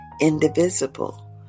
indivisible